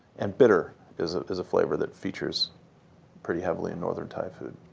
and bitter is ah is a flavor that features pretty heavily in northern thai food.